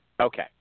Okay